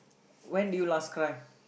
when did you last cry